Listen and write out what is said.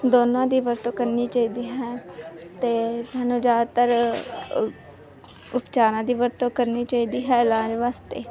ਦੋਨਾਂ ਦੀ ਵਰਤੋਂ ਕਰਨੀ ਚਾਹੀਦੀ ਹੈ ਅਤੇ ਸਾਨੂੰ ਜ਼ਿਆਦਾਤਰ ਉ ਉਪਚਾਰਾਂ ਦੀ ਵਰਤੋਂ ਕਰਨੀ ਚਾਹੀਦੀ ਹੈ ਇਲਾਜ ਵਾਸਤੇ